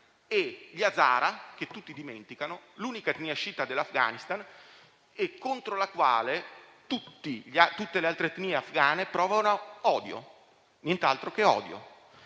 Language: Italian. e gli Hazara, che tutti dimenticano, l'unica etnia sciita dell'Afghanistan, contro la quale tutte le altre etnie afgane provano odio, nient'altro che odio.